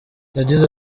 yagize